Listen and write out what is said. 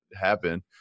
happen